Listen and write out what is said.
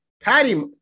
Patty